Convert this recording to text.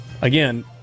Again